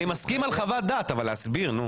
אני מסכים על חוות דעת, אבל להסביר.